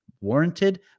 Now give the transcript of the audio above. warranted